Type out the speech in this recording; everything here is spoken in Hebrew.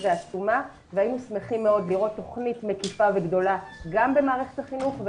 ועצומה והיינו שמחים מאוד לראות תכנית מקיפה וגדולה גם במערכת החינוך.